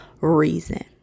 reason